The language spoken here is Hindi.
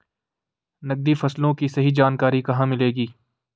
नकदी फसलों की सही जानकारी कहाँ मिलेगी?